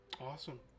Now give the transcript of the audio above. Awesome